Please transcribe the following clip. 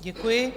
Děkuji.